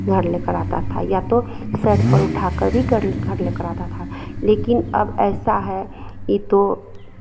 घर लेकर आता था या तो सर पर उठाकर ही घर लेकर आता था लेकिन अब ऐसा है ये तो